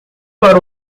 para